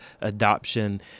adoption